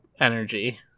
energy